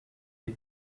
des